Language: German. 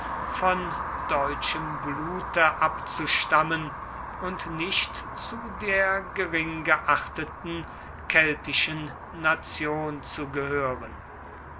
von deutschem blute abzustammen und nicht zu der gering geachteten keltischen nation zu gehören